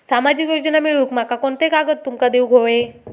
सामाजिक योजना मिलवूक माका कोनते कागद तुमका देऊक व्हये?